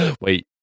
Wait